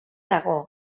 dago